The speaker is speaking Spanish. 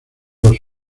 los